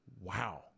Wow